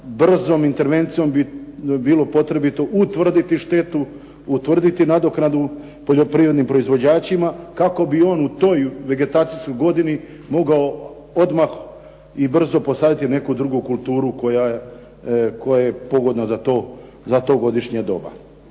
brzom intervencijom bi bilo potrebito utvrditi štetu, utvrditi nadoknadu poljoprivrednim proizvođačima kako bi on u toj vegetacijskoj godini mogao odmah i brzo posaditi neku drugu kulturu koja je pogodno za to godišnje doba.